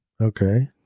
Okay